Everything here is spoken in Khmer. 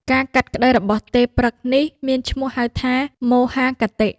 ការកាត់ក្ដីរបស់ទេព្រឹក្សនេះ មានឈ្មោះហៅថា មោហាគតិ។